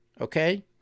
Okay